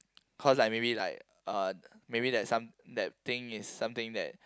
cause like maybe like uh maybe there's some that thing is something that